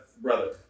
brother